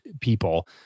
people